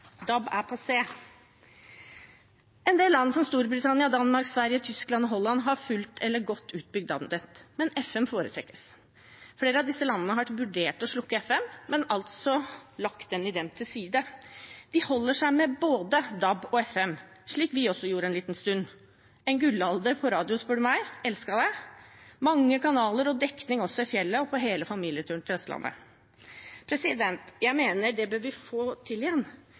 DAB er passé. En del land, som Storbritannia, Danmark, Sverige, Tyskland og Holland, har fullt utbygd eller godt utbygd DAB-nett, men FM foretrekkes. Flere av disse landene har vurdert å slukke FM-nettet, men har lagt den ideen til side. De holder seg med både DAB og FM, slik vi også gjorde en liten stund. Det var en gullalder på radio, spør du meg – jeg elsket det! Det var mange kanaler og dekning også i fjellet og på hele familieturen til Vestlandet. Jeg mener vi bør få til det igjen